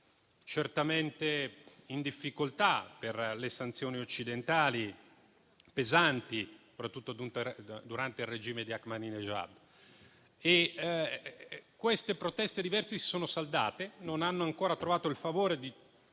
certamente in difficoltà per le pesanti sanzioni occidentali, soprattutto durante il regime di Ahmadinejad. Queste proteste diverse si sono saldate, ma non hanno ancora trovato il favore di